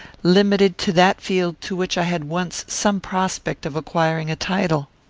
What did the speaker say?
limited to that field to which i had once some prospect of acquiring a title.